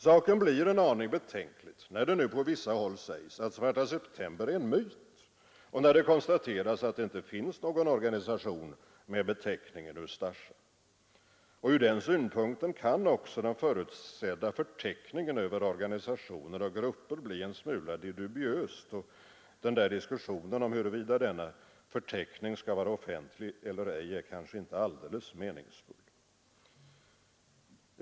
Saken blir en aning betänklig när det på vissa håll sägs att Svarta september är en myt och när det konstateras att det inte finns någon organisation med beteckningen Ustasja. Ur den synpunkten kan också den förutsedda förteckningen över organisationer och grupper bli en smula dubiös, och diskussionen om huruvida denna förteckning skall vara offentlig eller ej är kanske inte alldeles meningsfull.